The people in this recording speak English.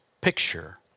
picture